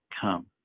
come